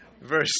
Verse